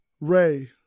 Ray